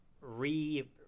re